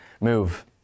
move